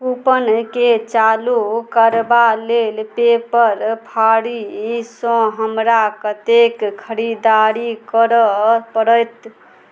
कूपनकेँ चालू करबा लेल पेपर फारीसँ हमरा कतेक खरीदारी करऽ पड़त